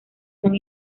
son